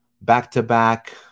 back-to-back